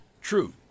True